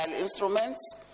instruments